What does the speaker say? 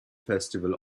festival